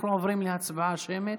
אנחנו עוברים להצבעה שמית